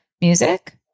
music